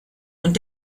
und